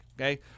Okay